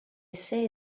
say